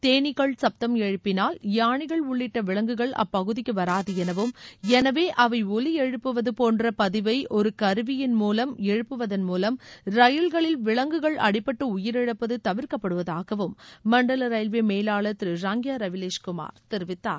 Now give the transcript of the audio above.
தேளீக்கள் சுப்தம் எழுப்பினால் யாளைகள் உள்ளிட்ட விலங்குகள் அப்பகுதிக்கு வராது எனவும் எனவே அவை ஒலி எழுப்புவது போன்ற பதிவை ஒரு கருவியின் மூலம் எழுபபுவதன் மூலம் ரயில்களில் விலங்குகள் அடிபட்டு உயிரிழப்பது தவிர்க்கப்படுவதாகவும மண்டல ரயில்வே மேவாளர் திரு ராங்கியா ரவிலேஷ் குமார் தெரிவித்தார்